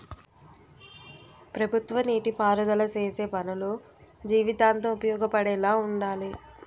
ప్రభుత్వ నీటి పారుదల సేసే పనులు జీవితాంతం ఉపయోగపడేలా వుండాలి